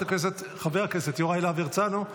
חבר הכנסת יוראי להב הרצנו,